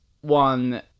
one